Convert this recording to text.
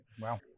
Wow